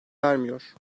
vermiyor